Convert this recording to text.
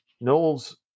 Knowles